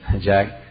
Jack